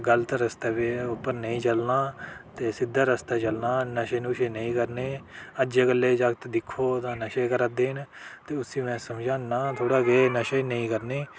गलत रस्ते उप्पर नेईं चलना ते सिद्धे रस्ते चलना नशे नूशे नेईं करने अज्जै कल्लै दे जागत् दिक्खो तां नशे करा दे न ते उसी में समझाना कि थोह्ड़ा के नशे नेईं करने